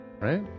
right